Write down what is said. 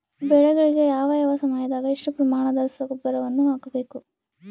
ಬೆಳೆಗಳಿಗೆ ಯಾವ ಯಾವ ಸಮಯದಾಗ ಎಷ್ಟು ಪ್ರಮಾಣದ ರಸಗೊಬ್ಬರವನ್ನು ಹಾಕಬೇಕು?